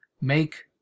make